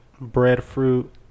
breadfruit